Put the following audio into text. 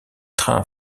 train